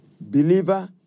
believer